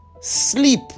sleep